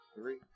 three